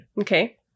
Okay